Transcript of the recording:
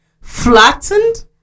flattened